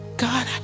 God